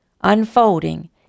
unfolding